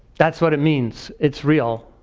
that's what it means. it's real.